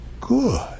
good